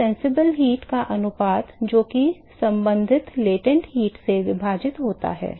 तो प्रत्यक्ष ऊष्मा का अनुपात जो कि संबंधित गुप्त ऊष्मा से विभाजित होता है